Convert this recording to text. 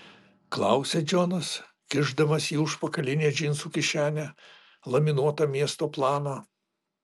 klausia džonas kišdamas į užpakalinę džinsų kišenę laminuotą miesto planą